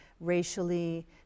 racially